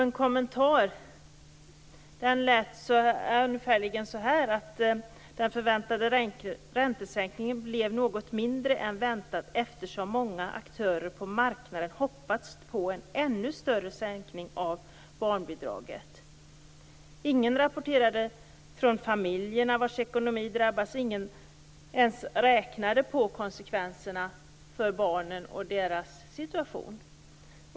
En kommentar var ungefär följande: Den förväntade räntesänkningen blev något mindre än väntat eftersom många aktörer på marknaden hoppats på en ännu större sänkning av barnbidraget. Ingen rapporterade om de familjer vars ekonomi drabbades. Ingen ens räknade på konsekvenserna för barnen och deras situation.